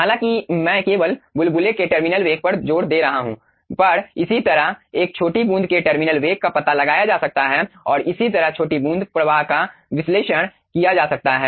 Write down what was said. हालांकि मैं केवल बुलबुले के टर्मिनल वेग पर जोर दे रहा हूं पर इसी तरह एक छोटी बूंद के टर्मिनल वेग का पता लगाया जा सकता है और इसी तरह छोटी बूंद प्रवाह का विश्लेषण किया जा सकता है